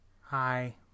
Hi